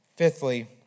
Fifthly